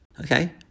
Okay